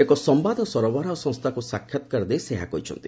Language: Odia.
ଏକ ସମ୍ଘାଦ ସରବରାହ ସଂସ୍ଥାକୁ ସାକ୍ଷାତକାର ଦେଇ ସେ ଏହା କହିଛନ୍ତି